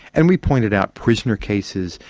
and we pointed out prisoner cases,